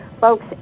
Folks